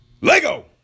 Lego